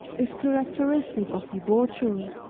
is characteristic of debauchery.